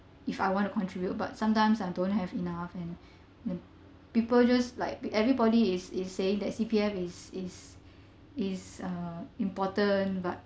if I want to contribute but sometimes I don't have enough and the people just like everybody is is saying that C_P_F is is is uh important but